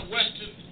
Western